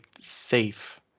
safe